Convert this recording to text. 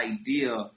idea